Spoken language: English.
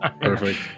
Perfect